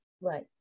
right